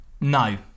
No